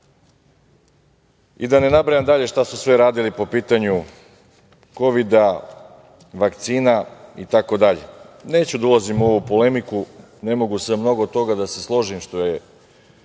i da ne nabrajam dalje šta su sve radili po pitanju kovida, vakcina itd. Neću da ulazim u ovu polemiku, ne mogu sa mnogo toga da se složim što je